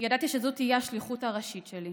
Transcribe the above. ידעתי שזו תהיה השליחות הראשית שלי.